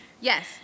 Yes